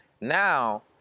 now